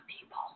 people